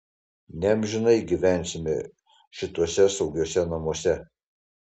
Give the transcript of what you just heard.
neamžinai gyvensime šituose saugiuose namuose